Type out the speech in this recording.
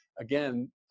Again